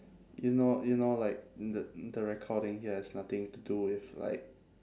you know you know like the the recording here has nothing to do with like